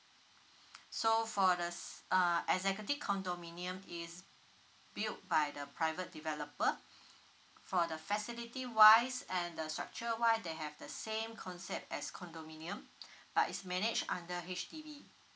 so for the s~ uh executive condominium is built by the private developer for the facility wise and the structure wise they have the same concept as condominium but is manage under H_D_B